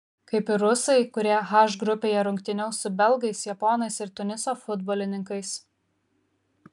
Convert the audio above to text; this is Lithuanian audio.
kaip ir rusai kurie h grupėje rungtyniaus su belgais japonais ir tuniso futbolininkais